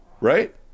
Right